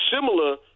similar